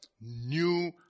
new